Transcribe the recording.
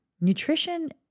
nutrition